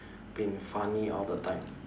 been funny all the time